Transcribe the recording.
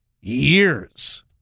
years